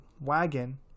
wagon